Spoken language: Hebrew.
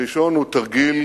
הראשון הוא תרגיל